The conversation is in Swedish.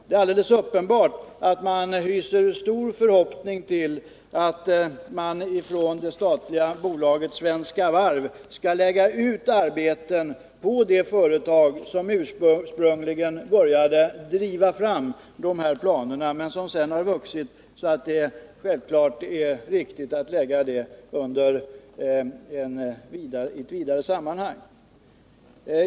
Det är alldeles uppenbart att man hyser stora förhoppningar om att det statliga bolaget Svenska Varv skall lägga ut arbeten på det företag som ursprungligen började driva fram dessa planer, vilka sedan har vuxit så att det självfallet är riktigt att fullfölja dem i ett vidare sammanhang.